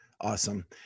Awesome